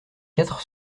quatre